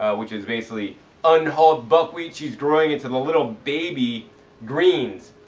which is basically unhulled buckwheat, she's growing it to the little baby greens.